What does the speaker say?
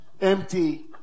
empty